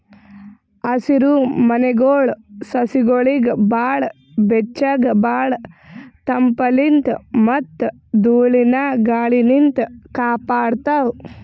ಹಸಿರಮನೆಗೊಳ್ ಸಸಿಗೊಳಿಗ್ ಭಾಳ್ ಬೆಚ್ಚಗ್ ಭಾಳ್ ತಂಪಲಿನ್ತ್ ಮತ್ತ್ ಧೂಳಿನ ಗಾಳಿನಿಂತ್ ಕಾಪಾಡ್ತಾವ್